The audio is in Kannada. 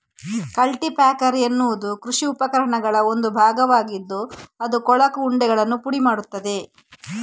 ಕಲ್ಟಿ ಪ್ಯಾಕರ್ ಎನ್ನುವುದು ಕೃಷಿ ಉಪಕರಣಗಳ ಒಂದು ಭಾಗವಾಗಿದ್ದು ಅದು ಕೊಳಕು ಉಂಡೆಗಳನ್ನು ಪುಡಿ ಮಾಡುತ್ತದೆ